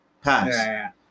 pass